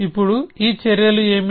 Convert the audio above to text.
ఇప్పుడు ఈ చర్యలు ఏమిటి